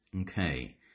Okay